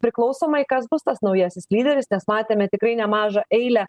priklausomai kas bus tas naujasis lyderis nes matėme tikrai nemažą eilę